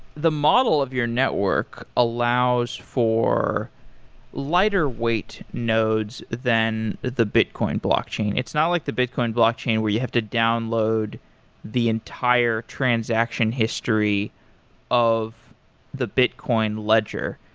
the model of your network allows for lighter weight nodes than the bitcoin blockchain. it's not like the bitcoin blockchain where you have to download the entire transaction history of the bitcoin ledger.